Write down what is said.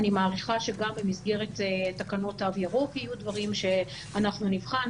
אני מעריכה שגם במסגרת תקנות תו ירוק יהיו דברים שאנחנו נבחן.